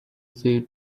say